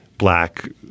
black